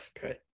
good